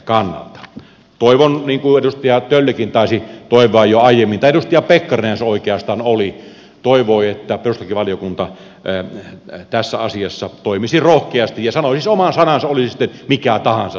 toivon niin kuin edustaja töllikin taisi toivoa jo aiemmin tai edustaja pekkarinen se oikeastaan oli joka toivoi että perustuslakivaliokunta tässä asiassa toimisi rohkeasti ja sanoisi oman sanansa oli se perustuslakivaliokunnan sana sitten mikä tahansa